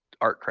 Artcraft